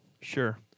Sure